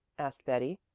asked betty.